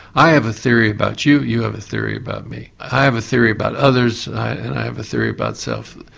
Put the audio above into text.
i have a theory about you, you have a theory about me. i have a theory about others and i have a theory about self,